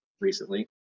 recently